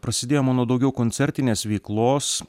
prasidėjo mano daugiau koncertinės veiklos